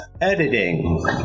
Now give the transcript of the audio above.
editing